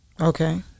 okay